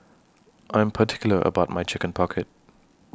I'm particular about My Chicken Pocket